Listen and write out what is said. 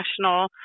national